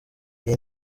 iyi